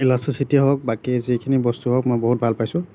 ইলাচটিচিটি হওক বাকী যিখিনি বস্তু হওক মই বহুত ভাল পাইছোঁ